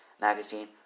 magazine